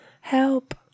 Help